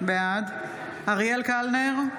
בעד אריאל קלנר,